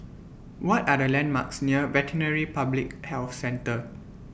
What Are The landmarks near Veterinary Public Health Centre